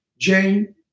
Jane